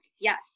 Yes